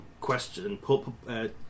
question